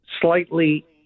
slightly